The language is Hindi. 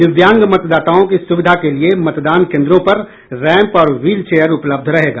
दिव्यांग मतदाताओं की सुविधा के लिये मतदान केन्द्रों पर रैंप और व्हील चेयर उपलब्ध रहेगा